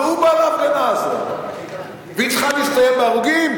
והוא בא להפגנה הזאת, והיא צריכה להסתיים בהרוגים?